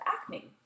acne